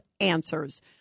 answers